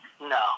No